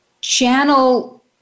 channel